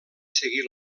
seguir